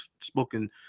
spoken